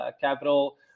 capital